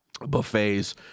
buffets